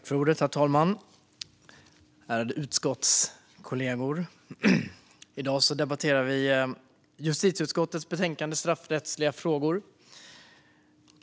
Herr talman! Ärade utskottskollegor! I dag debatterar vi justitieutskottets betänkande Straffrättsliga frågor .